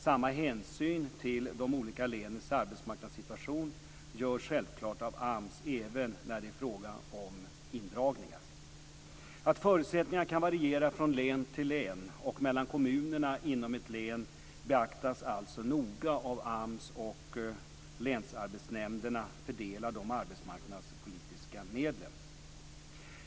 Samma hänsyn till de olika länens arbetsmarknadssituation görs självklart av AMS även när det är fråga om indragningar. Att förutsättningarna kan variera från län till län och mellan kommunerna inom ett län beaktas alltså noga när AMS och länsarbetsnämnderna fördelar de arbetsmarknadspolitiska medlen.